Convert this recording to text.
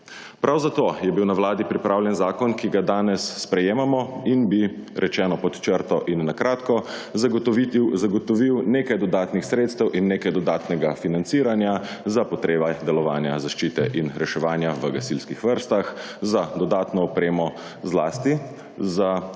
Prav zato je bil na Vladi pripravljen zakon, ki ga danes sprejemamo in bi, rečeno pod črto in na kratko, zagotovil nekaj dodatnih sredstev in nekaj dodatnega financiranja za potrebe delovanja zaščite in reševanja v gasilskih vrstah, za dodatno opremo, zlasti za